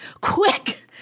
Quick